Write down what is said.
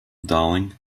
darling